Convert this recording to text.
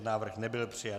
Návrh nebyl přijat.